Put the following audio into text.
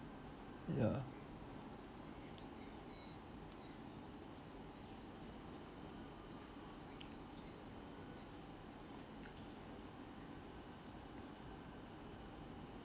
yeah